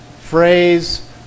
phrase